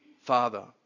Father